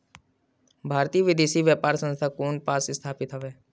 भारतीय विदेश व्यापार संस्था कोन पास स्थापित हवएं?